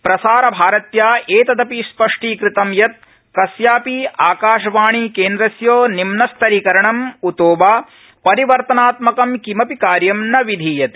प्रसारभारत्या एतदपि स्पष्टीकृतं यत् कस्यापि आकाशवाणीकेन्द्रस्य निम्नस्तरीकरणम् उतो वा परिवर्तनात्मकं किमपि कार्य न विधीयते